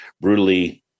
brutally